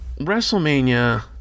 WrestleMania